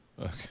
Okay